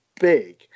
big